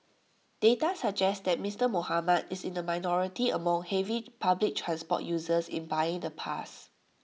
data suggest that Mister Muhammad is in the minority among heavy public transport users in buying the pass